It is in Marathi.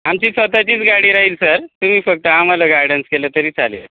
आमची स्वतःचीच गाडी राहील सर तुम्ही फक्त आम्हाला गायडन्स केलं तरी चालेल